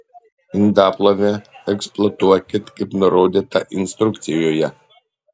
indaplovę eksploatuokit kaip nurodyta instrukcijoje